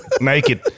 naked